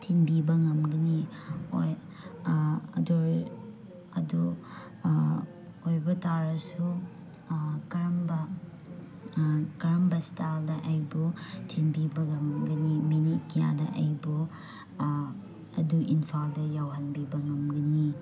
ꯊꯤꯟꯕꯤꯕ ꯉꯝꯒꯅꯤ ꯍꯣꯏ ꯑꯗꯨ ꯑꯗꯨ ꯑꯣꯏꯕ ꯇꯥꯔꯁꯨ ꯀꯔꯝꯕ ꯀꯔꯝꯕ ꯏꯁꯇꯥꯏꯜꯗ ꯑꯩꯕꯨ ꯊꯤꯟꯕꯤꯕ ꯉꯝꯒꯅꯤ ꯃꯤꯅꯤꯠ ꯀꯌꯥꯗ ꯑꯩꯕꯨ ꯑꯗꯨ ꯏꯝꯐꯥꯜꯗ ꯌꯧꯍꯟꯕꯤꯕ ꯉꯝꯒꯅꯤ